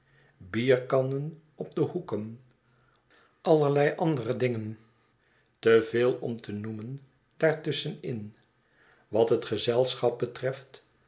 bierkannen op de hoeken allerlei andere dingen te veel om te noemen daar tusschen in wat het gezelschap betreft